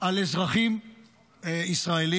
על אזרחים ישראלים,